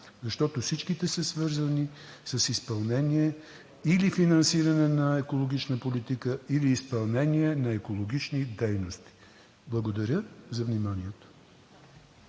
защото всичките са свързани или с финансиране на екологична политика, или с изпълнение на екологични дейности. Благодаря за вниманието.